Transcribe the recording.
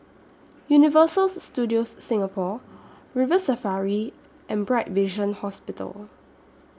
Universal Studios Singapore River Safari and Bright Vision Hospital